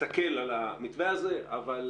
תסתכל על המתווה הזה, אבל,